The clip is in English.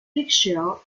berkshire